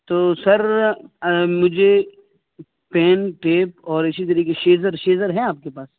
تو سر مجھے pen tape اور اسی طریقے سے شیزر شیزر ہیں آپ کے پاس